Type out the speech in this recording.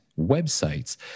websites